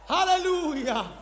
Hallelujah